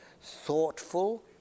thoughtful